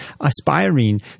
aspiring